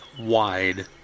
wide